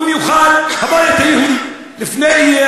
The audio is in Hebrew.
ובמיוחד הבית היהודי.